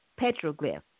petroglyph